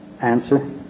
answer